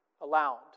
allowed